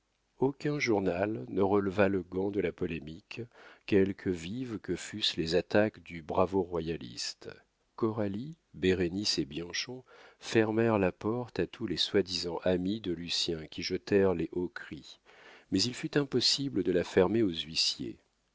aucun journal ne releva le gant de la polémique quelque vives que fussent les attaques du bravo royaliste coralie bérénice et bianchon fermèrent la porte à tous les soi-disant amis de lucien qui jetèrent les hauts cris mais il fut impossible de la fermer aux huissiers